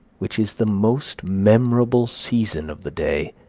which is the most memorable season of the day,